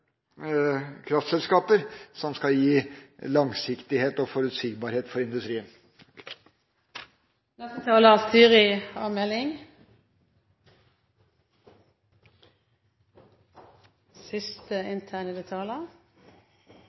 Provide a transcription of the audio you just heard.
kraftselskaper som skal gi langsiktighet og forutsigbarhet for industrien.